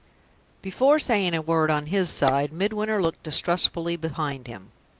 before saying a word on his side, midwinter looked distrustfully behind him.